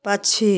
पक्षी